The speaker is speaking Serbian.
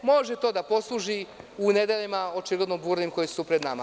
Može to da posluži u vremenima, očigledno burnim koji su pred nama.